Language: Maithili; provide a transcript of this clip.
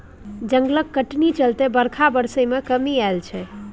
जंगलक कटनी चलते बरखा बरसय मे कमी आएल छै